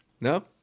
No